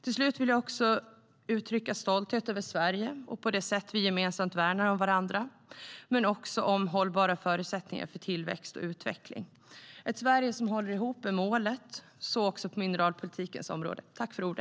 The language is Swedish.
Till sist vill jag också uttrycka stolthet över Sverige och på det sätt vi gemensamt värnar om varandra, men också om hållbara förutsättningar för tillväxt och utveckling. Ett Sverige som håller ihop är målet, så också på mineralpolitikens område.